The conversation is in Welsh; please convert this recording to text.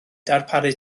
darparu